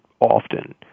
often